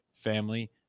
family